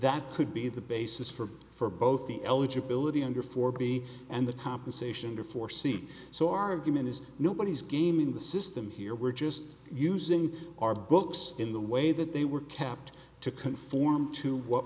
that could be the basis for for both the eligibility under for b and the compensation or for c so argument is nobody's gaming the system here we're just using our books in the way that they were kept to conform to what